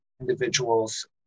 individuals